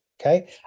Okay